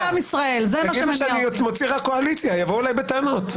יגידו שאני מוציא רק קואליציה, יבואו אלי בטענות.